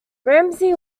ramsey